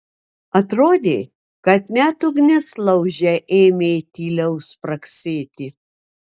atrodė kad net ugnis lauže ėmė tyliau spragsėti